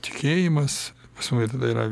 tikėjimas pas mane tada yra